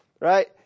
right